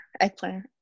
eggplant